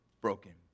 broken